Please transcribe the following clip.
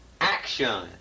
Action